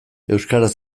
euskaraz